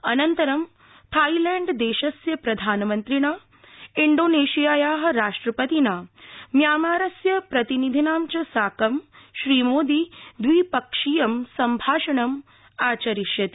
अनन्तरं थाइलैंडदेशस्य प्रधानमन्त्रिणा इण्डोनेशियाया राष्ट्रपतिना म्यामारस्य प्रतिनिधिना च साकं श्रीमोदी द्विपक्षीयं सम्भाषणं आर्चरिष्यति